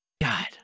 god